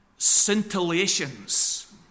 Scintillations